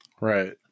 Right